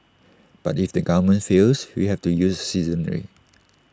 but if the government fails we have to use the citizenry